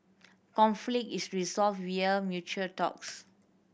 conflict is resolved via mature talks